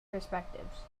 perspectives